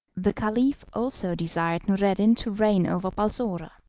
the caliph also desired noureddin to reign over balsora,